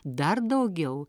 dar daugiau